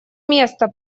место